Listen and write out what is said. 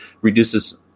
reduces